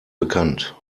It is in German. bekannt